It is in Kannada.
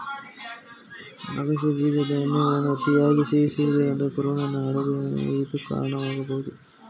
ಅಗಸೆ ಬೀಜದ ಎಣ್ಣೆಯನ್ನು ಅತಿಯಾಗಿ ಸೇವಿಸುವುದರಿಂದ ಕರುಳಿನ ಅಡಚಣೆಗೆ ಇದು ಕಾರಣವಾಗ್ಬೋದು